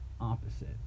opposite